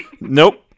Nope